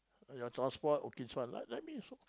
your transport okay this one like like me so